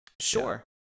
Sure